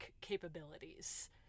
capabilities